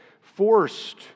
forced